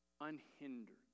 unhindered